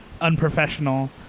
unprofessional